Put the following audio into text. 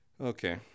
Okay